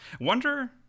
Wonder